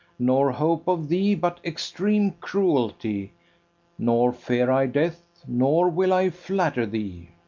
nor hope of thee but extreme cruelty nor fear i death, nor will i flatter thee.